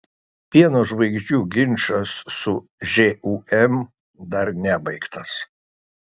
pieno žvaigždžių ginčas su žūm dar nebaigtas